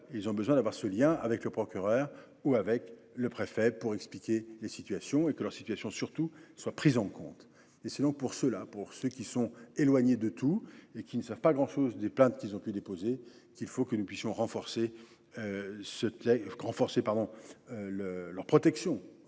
ont besoin de nouer ce lien avec le procureur ou le préfet pour expliquer leur situation et, surtout, que celle ci soit prise en compte. C’est donc pour ceux qui sont éloignés de tout et qui ne savent pas grand chose des plaintes qu’ils ont pu déposer qu’il faut que nous puissions renforcer cette protection.